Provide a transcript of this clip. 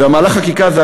ומהלך החקיקה הזה,